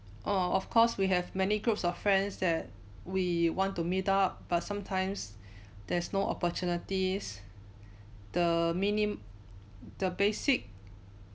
oh of course we have many groups of friends that we want to meet up but sometimes there's no opportunities the minim~ the basic